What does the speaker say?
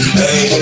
hey